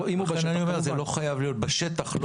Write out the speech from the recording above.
אם הוא בשטח כמובן.